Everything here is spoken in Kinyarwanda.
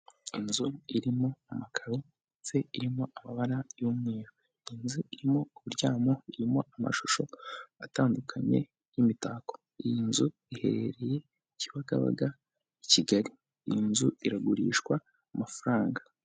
Inzu irimo amakaro ndetse irimo amabara y'umweru, inzu irimo uburyamo, irimo amashusho atandukanye y'imitako, iyi nzu iherereye Kibagabaga i Kigali, iyi nzu iragurishwa amafaranga.